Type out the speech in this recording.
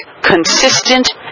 consistent